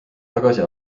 tagasi